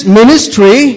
ministry